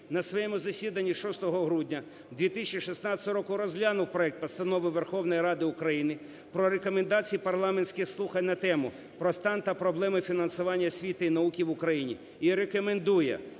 на своєму засіданні 6 грудня 2016 року розглянув проект Постанови Верховної Ради про Рекомендації парламентських слухань на тему: "Про стан та проблеми фінансування освіти і науки України" і рекомендує